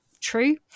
true